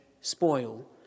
spoil